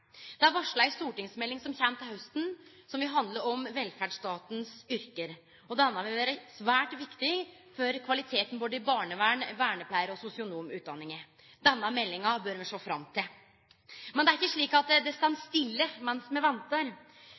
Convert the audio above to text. Det er varsla ei stortingsmelding som kjem til hausten, som vil handle om velferdsstatens yrke, og som vil vere svært viktig for kvaliteten i både barneverns-, vernepleiar- og sosionomutdanningane. Denne meldinga bør me sjå fram til. Men det er ikkje slik at det står stille mens me ventar.